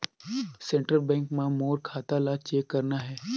Central bank मां मोर खाता ला चेक करना हे?